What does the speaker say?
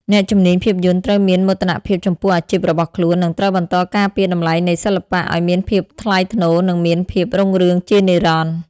អ្នកជំនាញភាពយន្តត្រូវមានមោទនភាពចំពោះអាជីពរបស់ខ្លួន និងត្រូវបន្តការពារតម្លៃនៃសិល្បៈ ឱ្យមានភាពថ្លៃថ្នូរ និងមានភាពរុងរឿងជានិរន្តរ៍។